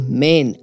Amen